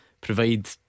provide